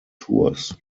tours